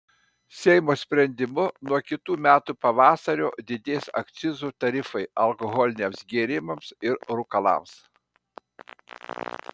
seimo sprendimu nuo kitų metų pavasario didės akcizų tarifai alkoholiniams gėrimams ir rūkalams